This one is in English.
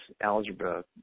algebra